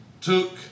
took